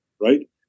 right